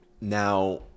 now